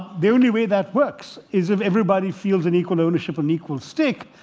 the only way that works is if everybody feels an equal ownership an equal stake.